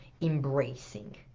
embracing